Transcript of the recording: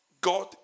God